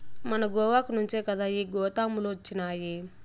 మన గోగాకు నుంచే కదా ఈ గోతాములొచ్చినాయి